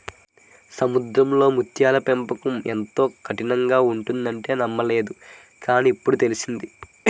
సముద్రంలో ముత్యాల పెంపకం ఎంతో కఠినంగా ఉంటుందంటే నమ్మలేదు కాని, ఇప్పుడే తెలిసింది